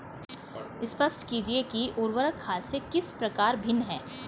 स्पष्ट कीजिए कि उर्वरक खाद से किस प्रकार भिन्न है?